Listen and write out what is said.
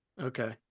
Okay